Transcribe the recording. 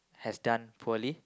has done poorly